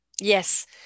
yes